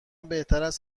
بهتراست